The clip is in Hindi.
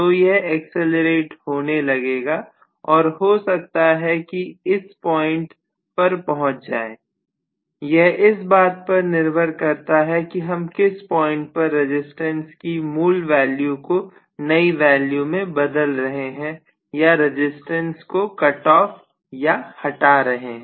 तो यह एक्सेलेरेट होने लगेगाऔर हो सकता है कि यह इस पॉइंट पर पहुंच जाएं यह इस बात पर निर्भर करता है कि हम किस पॉइंट पर रजिस्टेंस की मूल वैल्यू को नई वैल्यू में बदल रहे है या रजिस्टेंस को कटऑफ या हटा रहे हैं